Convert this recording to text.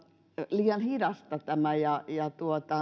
liian hidasta ja ja